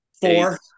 Four